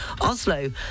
oslo